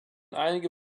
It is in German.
einige